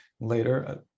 later